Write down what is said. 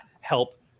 help